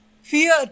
fear